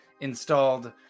installed